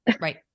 Right